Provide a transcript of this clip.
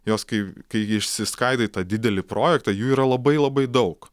jos kai kai išsiskaido į tą didelį projektą jų yra labai labai daug